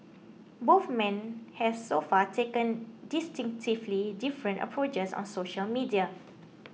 both men have so far taken distinctively different approaches on social media